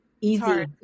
easy